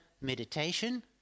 meditation